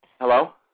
hello